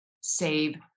save